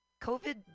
COVID